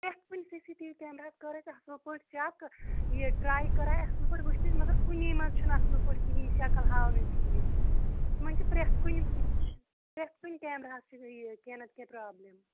پرٛٮ۪تھ کُنہِ C C T V کیمراہَس کٔر اَسہِ اصل پٲٹھۍ چٮ۪ک یہِ ٹراے کَراے اَصل پٲٹھۍ وٕچھے مَگر کُنی مَنٛز چھُنہٕ اصل پٲٹھۍ کِہیٖنۍ شَکٕل ہاوٕنی ٹھیٖک یِمَن چھُ پرٛٮ۪تھ کُنہِ پرٛٮ۪تھ کُنہِ کیمراہَس چھِ کیٚنٛہہ نَتہٕ کیٚنٛہہ پرابلٕم